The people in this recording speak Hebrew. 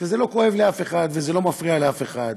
וזה לא כואב לאף אחד, וזה לא מפריע לאף אחד,